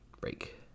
break